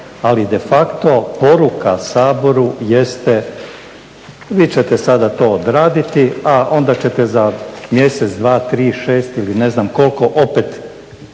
Ali de facto poruka Saboru jeste vi ćete sada to odraditi, a onda ćete za mjesec, dva, tri, šest ili ne znam koliko opet